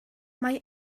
mae